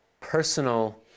personal